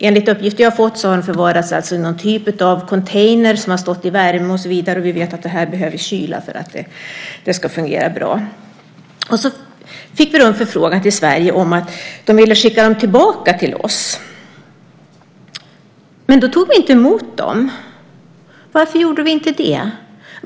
Enligt uppgifter som jag har fått förvarades de i någon typ av container som har stått i värme, och vi vet att de behöver kyla för att det ska fungera bra. Vi fick en förfrågan till Sverige när de ville skicka tillbaka filmerna till oss, men då tog vi inte emot dem. Varför gjorde vi inte det?